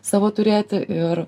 savo turėti ir